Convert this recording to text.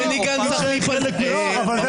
אדוני היושב-ראש, אני מציע שלא תגיב על כל